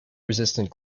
resistant